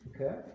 Okay